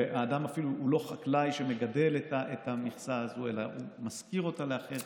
והאדם הוא אפילו לא חקלאי שמגדל את המכסה הזו אלא הוא משכיר אותה לאחר,